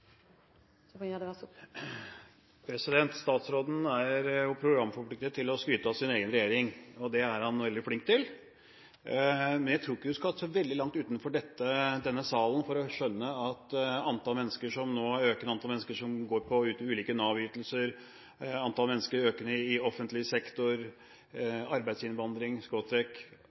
så vidt allerede i det mandatet det har. Statsråden er programforpliktet til å skryte av sin egen regjering, og det er han veldig flink til. Men jeg tror ikke man skal så veldig langt utenfor denne salen for å skjønne at et økende antall mennesker som går på ulike Nav-ytelser, et økende antall mennesker i offentlig sektor,